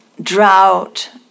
drought